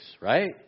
right